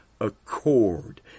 accord